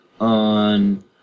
on